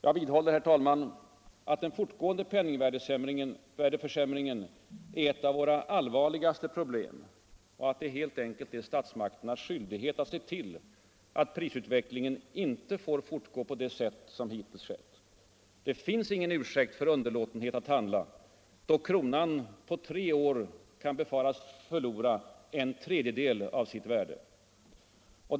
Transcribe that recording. Jag vidhåller, herr talman, att den fortgående penningvärdeförsämringen är ett av våra allvarligaste problem och att det helt enkelt är statsmakternas skyldighet att se till att prisutvecklingen inte får fortgå på det sätt som hittills skett. Det finns ingen ursäkt för underlåtenhet att handla, då kronan på tre år kan befaras förlora en tredjedel av sitt värde.